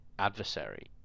adversary